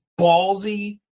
ballsy